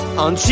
on